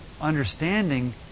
understanding